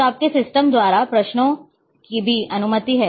तो आपके सिस्टम द्वारा प्रश्नों की भी अनुमति है